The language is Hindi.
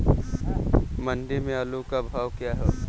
मंडी में आलू का भाव क्या है?